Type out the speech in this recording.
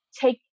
take